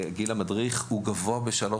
מדריך אחד לכל צולל,